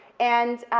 and